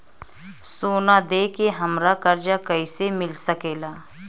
सोना दे के हमरा कर्जा कईसे मिल सकेला?